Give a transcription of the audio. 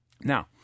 Now